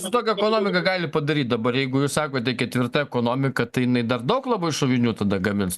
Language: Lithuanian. su tokia ekonomika gali padaryt dabar jeigu jūs sakote ketvirta ekonomika tai jinai dar daug labai šovinių tada gamins